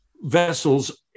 vessels